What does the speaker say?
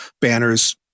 banners